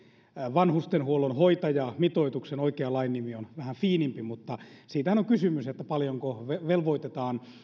vanhustenhuollon hoitajamitoitukseen oikea lain nimi on vähän fiinimpi mutta siitähän on kysymys että paljonko velvoitetaan